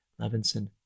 Levinson